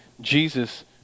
Jesus